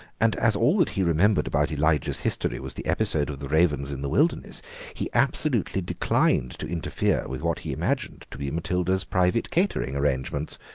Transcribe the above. and as all that he remembered about elijah's history was the episode of the ravens in the wilderness he absolutely declined to interfere with what he imagined to be matilda's private catering arrangements,